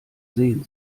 sehen